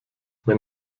wenn